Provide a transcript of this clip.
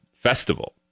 festival